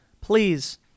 Please